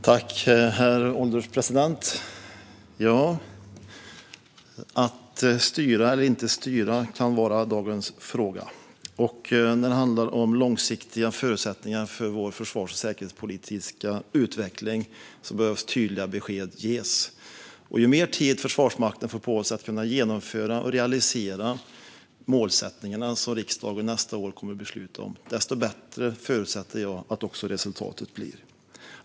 Herr ålderspresident! Att styra eller inte styra kan vara dagens fråga. När det handlar om långsiktiga förutsättningar för vår försvars och säkerhetspolitiska utveckling behöver tydliga besked ges. Ju mer tid Försvarsmakten får på sig att genomföra och realisera de målsättningar som riksdagen nästa år kommer att besluta om, desto bättre förutsätter jag att resultatet blir.